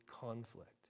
conflict